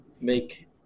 make